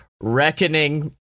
Reckoning